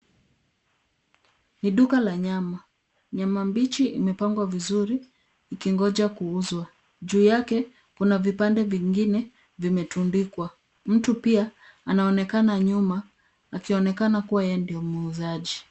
Ni duka la nyama, nyama mbichi imepangwa vizuri ikingoja kuuzwa, juu yake kuna vipande vingine vimetundika. Mtu pia anaonekana nyuma akionekana kuwa yeye ndo muuzaji.